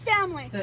family